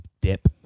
dip